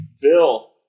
Bill